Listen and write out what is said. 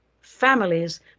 families